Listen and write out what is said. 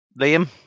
Liam